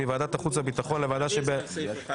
מוועדת החוץ והביטחון לוועדה שבראשותו: